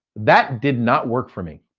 that did not work for me.